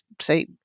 say